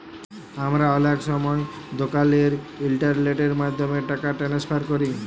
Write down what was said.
আমরা অলেক সময় দকালের ইলটারলেটের মাধ্যমে টাকা টেনেসফার ক্যরি